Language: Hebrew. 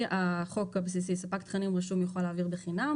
החוק הבסיסי ספק תכנים רשום יוכל להעביר בחינם.